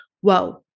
whoa